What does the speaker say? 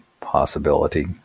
possibility